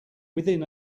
within